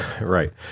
right